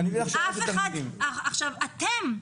--- אתם,